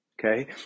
Okay